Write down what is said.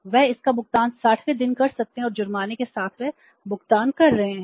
वे इसका भुगतान 60 वें दिन कर सकते हैं और जुर्माने के साथ वे भुगतान कर रहे हैं